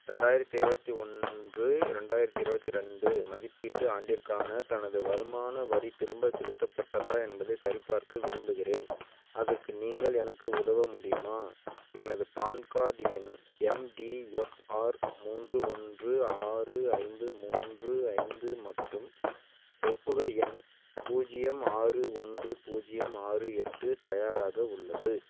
ரெண்டாயிரத்தி இருபத்தி ஒன்று ரெண்டாயிரத்தி இருபத்தி ரெண்டு மதிப்பீட்டு ஆண்டிற்கான தனது வருமான வரி திரும்ப செலுத்தப்பட்டதா என்பதைச் சரிபார்க்க விரும்புகிறேன் அதற்கு நீங்கள் எனக்கு உதவ முடியுமா எனது பான்கார்ட் எண் எம்டிஎஃப்ஆர் மூன்று ஒன்று ஆறு ஐந்து மூன்று ஐந்து மற்றும் ஒப்புகை எண் பூஜ்ஜியம் ஆறு ஒன்று பூஜ்ஜியம் ஆறு எட்டு தயாராக உள்ளது